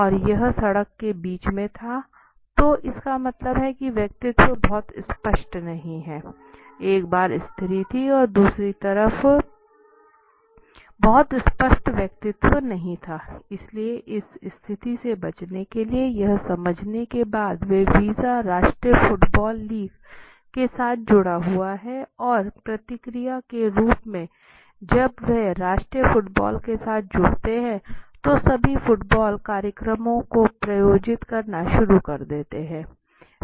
और यह सड़क के बीच में था तो इसका मतलब है कि व्यक्तित्व बहुत स्पष्ट नहीं था एक बार स्त्री थी और दूसरी तरफ बहुत स्पष्ट व्यक्तित्व नहीं था इसलिए इस स्थिति से बचने के लिए यह समझने के बाद कि वीजा राष्ट्रीय फुटबॉल लीग के साथ जुड़ा हुआ है और प्रतिक्रिया के रूप में जब वह राष्ट्रीय फुटबॉल के साथ जुड़ते हैं वे सभी फुटबॉल कार्यक्रमों को प्रायोजित करना शुरू कर देते हैं